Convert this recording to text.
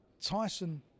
tyson